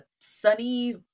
sunny